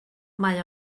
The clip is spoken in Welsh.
mae